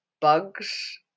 bugs